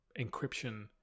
encryption